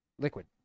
liquid